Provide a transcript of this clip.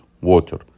water